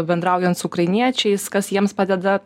bendraujant su ukrainiečiais kas jiems padeda